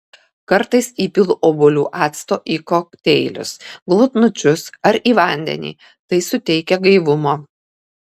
kartais įpilu obuolių acto į kokteilius glotnučius ar į vandenį tai suteikia gaivumo